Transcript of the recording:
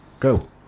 Go